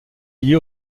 liée